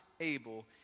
able